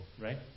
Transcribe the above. right